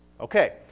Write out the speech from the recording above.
Okay